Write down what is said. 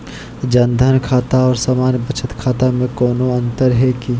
जन धन खाता और सामान्य बचत खाता में कोनो अंतर है की?